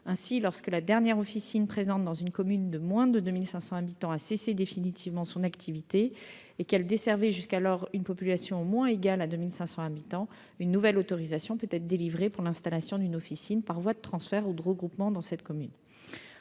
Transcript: Ainsi, lorsque la dernière officine présente dans une commune de moins de 2 500 habitants a cessé définitivement son activité et qu'elle desservait une population au moins égale à 2 500 habitants, une nouvelle autorisation peut être délivrée pour l'installation d'une officine par voie de transfert ou de regroupement dans cette commune.